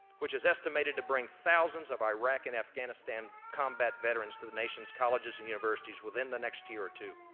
which is estimated to bring thousands of iraq and afghanistan combat veterans to the nation's colleges and universities within the next year or two.